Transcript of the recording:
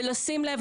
ולשים לב,